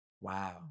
Wow